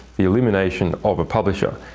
the elimination of a publisher.